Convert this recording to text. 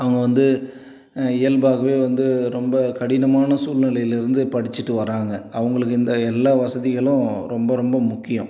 அவங்க வந்து இயல்பாகவே வந்து ரொம்ப கடினமான சூல்நிலையில் இருந்து படிச்சிட்டு வராங்க அவங்களுக்கு இந்த எல்லா வசதிகளும் ரொம்ப ரொம்ப முக்கியம்